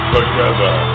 Together